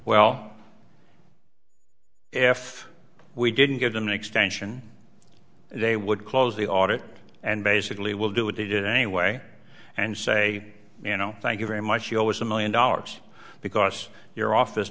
well if we didn't give them an extension they would close the audit and basically will do what they did anyway and say you know thank you very much always a million dollars because your office